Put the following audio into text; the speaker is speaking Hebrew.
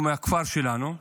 הוא מהכפר שלנו,